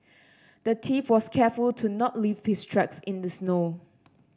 the thief was careful to not leave his tracks in the snow